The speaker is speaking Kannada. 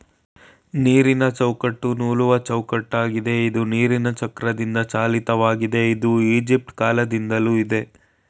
ನೀರಿನಚೌಕಟ್ಟು ನೂಲುವಚೌಕಟ್ಟಾಗಿದೆ ಇದು ನೀರಿನಚಕ್ರದಿಂದಚಾಲಿತವಾಗಿದೆ ಇದು ಈಜಿಪ್ಟಕಾಲ್ದಿಂದಲೂ ಆಯ್ತೇ